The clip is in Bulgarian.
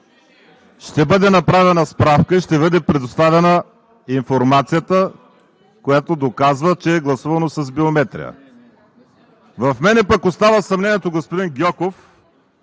Ще бъде направена справка, ще бъде предоставена информацията, която доказва, че е гласувано с биометрия. В мен пък остава съмнението, господин Гьоков,